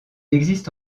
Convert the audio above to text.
existe